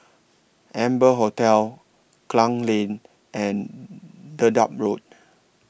Amber Hotel Klang Lane and Dedap Road